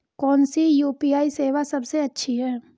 कौन सी यू.पी.आई सेवा सबसे अच्छी है?